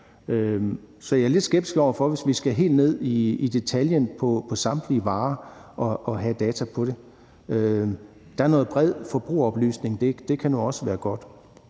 Så jeg er lidt skeptisk over for det, hvis vi skal helt ned i detaljen i samtlige varer og have data på dem. Der er noget med bred forbrugeroplysning, og det kan nu også være godt.